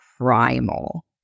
Primal